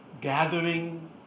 gathering